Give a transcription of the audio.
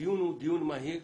הדיון הוא דיון מהיר